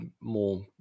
more